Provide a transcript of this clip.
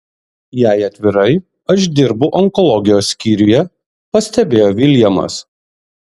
jei atvirai aš dirbu onkologijos skyriuje pastebėjo viljamas